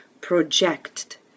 project